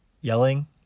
Yelling